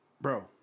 Bro